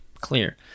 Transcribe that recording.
clear